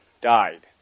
died